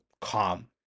calm